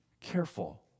careful